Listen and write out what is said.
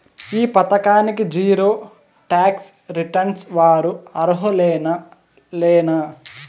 ఈ పథకానికి zero tax returns వారు అర్హులేనా లేనా?